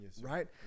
right